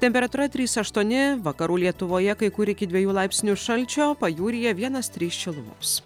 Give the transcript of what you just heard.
temperatūra trys aštuoni vakarų lietuvoje kai kur iki dviejų laipsnių šalčio pajūryje vienas trys šilumos